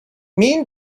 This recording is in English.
mean